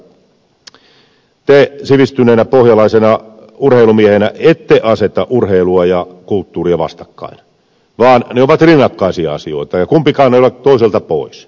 mietoa että te sivistyneenä pohjalaisena urheilumiehenä ette aseta urheilua ja kulttuuria vastakkain vaan ne ovat rinnakkaisia asioita ja kumpikaan ei ole toiselta pois